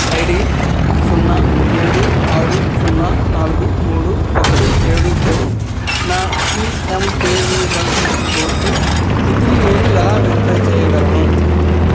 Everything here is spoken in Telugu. ఐడి సున్నా ఏడు ఆరు సున్నా నాలుగు మూడు ఒకటి ఏడుతో నా పిఎమ్కేవివై కోర్సు స్థితిని నేను ఎలా వెరిఫై చేయగలను